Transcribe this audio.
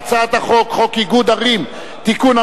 חוק איגודי ערים (תיקון,